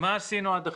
מה עשינו עד עכשיו?